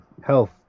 health